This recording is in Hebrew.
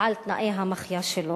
על תנאי המחיה שלו.